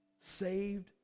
saved